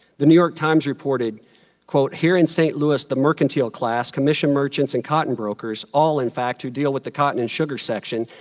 the new york times reported quote, here in st. louis, the mercantile class, commission merchants, and cotton brokers, all in fact who deal with the cotton and sugar section,